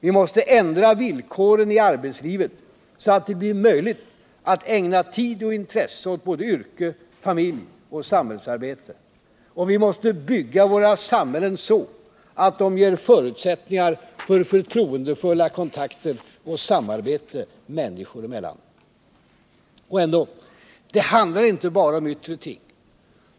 Vi måste ändra villkoren i arbetslivet, så att det blir möjligt att ägna tid och intresse åt yrke, familj och samhällsarbete. Vi måste bygga våra samhällen så, att de ger förutsättningar för förtroendefulla kontakter och samarbete människor emellan. Men ändå —det handlar inte bara om yttre ting.